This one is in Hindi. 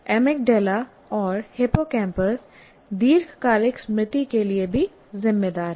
अमिगडाला और हिप्पोकैम्पस दीर्घकालिक स्मृति के लिए भी जिम्मेदार हैं